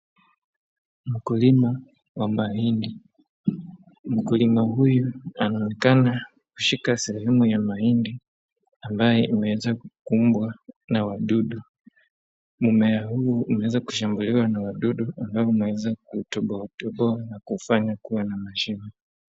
Mkulima wa mahindi anaonekana kushika sehemu ya mahindi ambaye imeweza kukumbwa na wadudu. Mmea huu umeweza kushambuliwa na wadudu na kuweza kutoboa toboa na kufanya kuwa na mashimo.